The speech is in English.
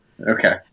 okay